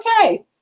okay